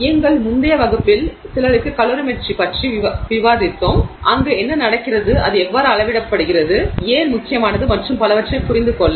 எங்கள் முந்தைய வகுப்பில் சிலருக்கு கலோரிமீட்டரி பற்றி விவாதித்தோம் அங்கு என்ன நடக்கிறது அது எவ்வாறு அளவிடப்படுகிறது ஏன் முக்கியமானது மற்றும் பலவற்றைப் புரிந்து கொள்ள